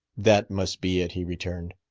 that must be it, he returned.